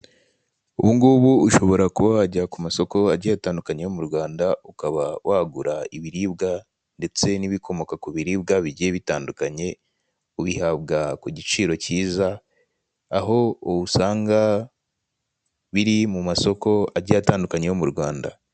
Ubungubu ushobora kuba wajya ku masoko agiye atandukanye yo mu Rwanda ukaba wagura ibiribwa ndetse n'ibikomoka kubiribwa bigiye bitandukanye, ubihabwa kugiciro cyiza aho usanga biri mu masoko agiye atandukanye yo mu Rwanda.